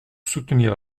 soutenir